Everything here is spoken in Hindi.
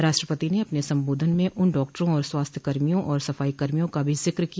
राष्ट्रपति ने अपने संबोधन में उन डॉक्टरों और स्वास्थ्य कर्मियों और सफाई कर्मियों का भी जिक्र किया